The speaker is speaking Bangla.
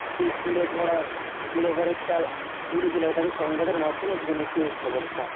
সেই কুঁড়ে ঘর কুঁড়ে ঘরের চাল উড়ে চলে গিয়েছে আমি সংবাদের মাধ্যমে জেনেছি এই খবরটা